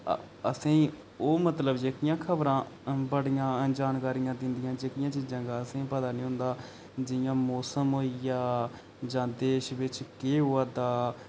असेंगी ओह् मतलब जेह्कियां खबरां बड़ियां जानकारियां दिंदियां जेह्कियां चीजां दा असेंगी पता नी होंदा जि'यां मौसम होई गेआ जां देश बिच्च केह् होआ दा